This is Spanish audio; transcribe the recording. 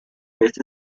este